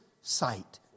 sight